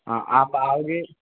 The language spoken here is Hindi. हाँ आप आओगे